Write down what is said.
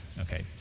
okay